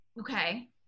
okay